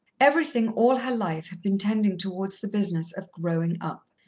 everything all her life had been tending towards the business of growing up.